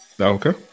Okay